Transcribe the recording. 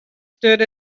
stood